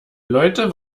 leute